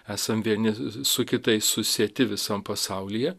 esam vieni su kitais susieti visam pasaulyje